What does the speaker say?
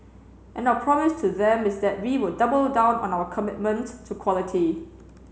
and our promise to them is that we will double down on our commitment to quality